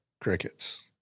crickets